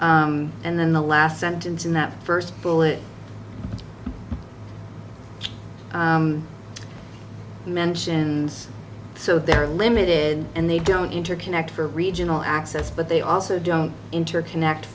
eliminated and then the last sentence in that first bullet mentions so they're limited and they don't interconnect for regional access but they also don't interconnect